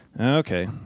Okay